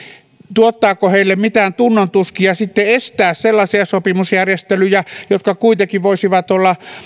tuottaako heille mitään tunnontuskia sitten estää sellaisia sopimusjärjestelyjä jotka kuitenkin voisivat olla